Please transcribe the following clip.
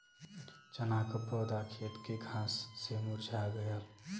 चन्ना क पौधा खेत के घास से मुरझा गयल